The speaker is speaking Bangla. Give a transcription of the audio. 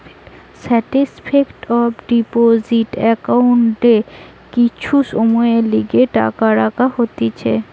সার্টিফিকেট অফ ডিপোজিট একাউন্টে কিছু সময়ের লিগে টাকা রাখা হতিছে